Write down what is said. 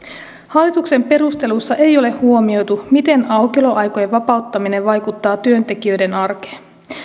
hallituksen perusteluissa ei ole huomioitu miten aukioloaikojen vapauttaminen vaikuttaa työntekijöiden arkeen